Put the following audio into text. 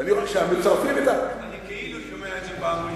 אני כאילו שומע את זה פעם ראשונה.